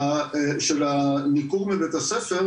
של הניכור מבית הספר,